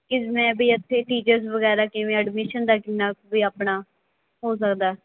ਕਿਵੇਂ ਵੀ ਇੱਥੇ ਟੀਚਰਸ ਵਗੈਰਾ ਕਿਵੇਂ ਐਡਮਿਸ਼ਨ ਦਾ ਕਿੰਨਾ ਕੁ ਵੀ ਆਪਣਾ ਹੋ ਸਕਦਾ